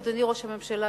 אדוני ראש הממשלה,